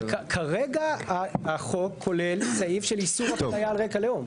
אבל כרגע החוק כולל סעיף של איסור אפליה על רקע לאום.